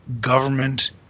government